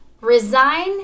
resign